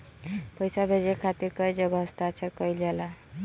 पैसा भेजे के खातिर कै जगह हस्ताक्षर कैइल जाला?